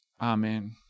amen